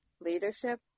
leadership